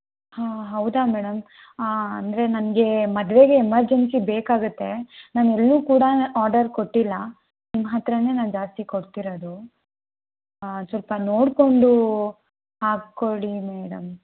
ಹಾಂ ಹೌದಾ ಮೇಡಂ ಅಂದರೆ ನನಗೆ ಮದ್ವೆಗೆ ಎಮರ್ಜೆನ್ಸಿ ಬೇಕಾಗುತ್ತೆ ನಾನು ಎಲ್ಲೂ ಕೂಡ ಆರ್ಡರ್ ಕೊಟ್ಟಿಲ್ಲ ನಿಮ್ಮ ಹತ್ರನೇ ನಾನು ಜಾಸ್ತಿ ಕೊಡ್ತಿರೋದು ಸ್ವಲ್ಪ ನೋಡಿಕೊಂಡು ಹಾಕ್ಕೊಡಿ ಮೇಡಂ